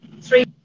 three